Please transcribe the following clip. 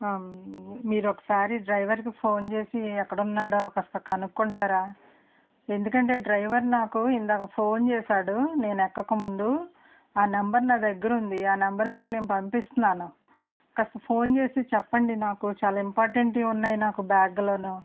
ఆ మీరు ఒకసారి డ్రైవర్కి ఫోన్ చేసి ఎక్కడ ఉన్నాడో కాస్త కనుక్కుంటారా ఎందుకంటే డ్రైవర్ నాకు ఇందాక ఫోన్ చేసాడు నేను ఎక్కక ముందు ఆ నెంబర్ నా దగ్గర ఉంది ఆ నెంబర్ మీకు నేను పంపిస్తున్నాను కాస్త ఫోన్ చేసి చెప్పండి నాకు చాలా ఇంపార్టెంట్ ఉన్నాయి నాకు బ్యాగులోను